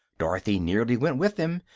dorothy nearly went with them,